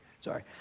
sorry